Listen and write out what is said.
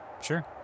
sure